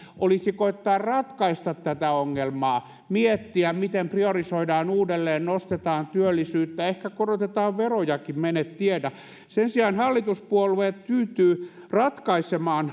olisi koettaa ratkaista tätä ongelmaa miettiä miten priorisoidaan uudelleen nostetaan työllisyyttä ehkä korotetaan verojakin mene ja tiedä sen sijaan hallituspuolueet tyytyvät ratkaisemaan